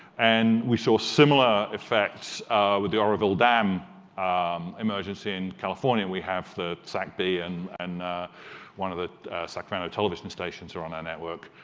and we saw similar effects with the oroville dam emergency in california. and we have the sac bee and and one of the sacramento television stations are on their network,